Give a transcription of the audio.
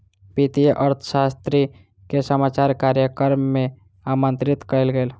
वित्तीय अर्थशास्त्री के समाचार कार्यक्रम में आमंत्रित कयल गेल